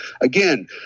again